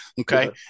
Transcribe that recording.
Okay